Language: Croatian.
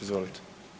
Izvolite.